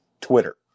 Twitter